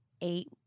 eight